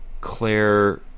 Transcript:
Claire